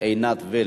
עינת וילף.